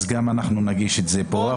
וגם את זה נגיש פה.